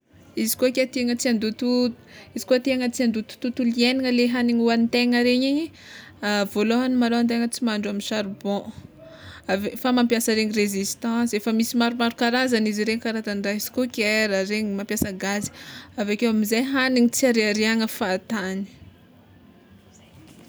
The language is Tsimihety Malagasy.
Izy koa ke tiagna tsy handoto, izy koa tiagna tsy handoto tontolo hiaignana le hagniny hoagnintegna regny igny, voalohagny malôha tegna tsy mahandro amy charbon, ave- fa mampiasa regny resistance efa misy maromaro karazagny izy regny karazagny rice cooker, regny mampiasa gazy aveke amizay hagniny tsy ariariagna fahatagny.